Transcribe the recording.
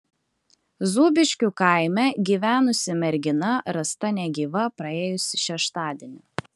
zūbiškių kaime gyvenusi mergina rasta negyva praėjusį šeštadienį